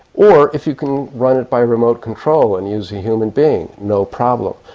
or if you can run it by remote control and use a human being, no problem.